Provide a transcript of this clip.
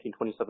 1927